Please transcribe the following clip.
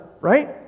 Right